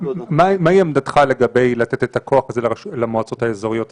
מהי עמדתך לגבי לתת את הכוח הזה למועצות האזוריות עצמן?